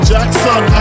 Jackson